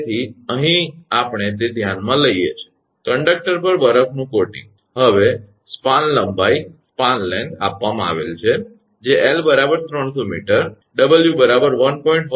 તેથી અહીં આપણે તે ધ્યાનમાં લઈએ છીએ કે કંડક્ટર પર બરફનું કોટિંગ હવે સ્પાન લંબાઈ આપવામાં આવેલ છે જે 𝐿 300 𝑚 𝑊 1